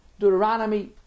Deuteronomy